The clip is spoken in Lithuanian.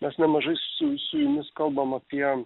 mes nemažai su jumis kalbam apie